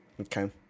Okay